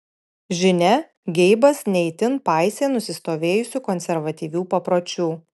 žinia geibas ne itin paisė nusistovėjusių konservatyvių papročių